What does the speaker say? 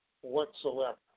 whatsoever